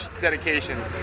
dedication